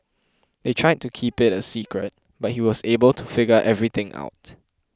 they tried to keep it a secret but he was able to figure everything out